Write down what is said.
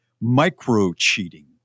micro-cheating